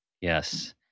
yes